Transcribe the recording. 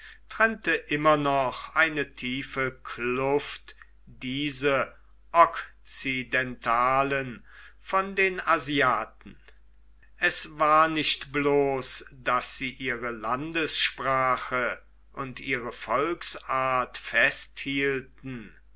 trennte immer noch eine tiefe kluft diese okzidentalen von den asiaten es war nicht bloß daß sie ihre landessprache und ihre volksart festhielten